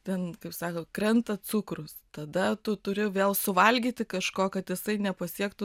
ten kaip sako krenta cukrus tada tu turi vėl suvalgyti kažko kad jisai nepasiektų